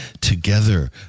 together